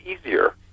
easier